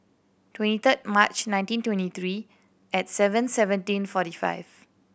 twenty third March nineteen twenty three eight seven seventeen forty five